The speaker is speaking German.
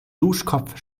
duschkopf